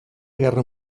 guerra